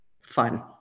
fun